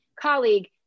colleague